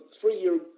three-year